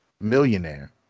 millionaire